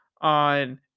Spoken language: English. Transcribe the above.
on